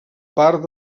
part